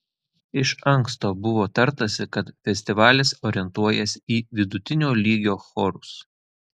iš anksto buvo tartasi kad festivalis orientuojasi į vidutinio lygio chorus